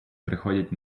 приходять